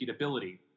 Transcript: repeatability